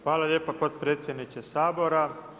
Hvala lijepa potpredsjedniče Sabora.